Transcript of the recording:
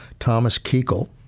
thomas kuchel.